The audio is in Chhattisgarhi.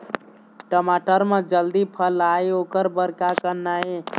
टमाटर म जल्दी फल आय ओकर बर का करना ये?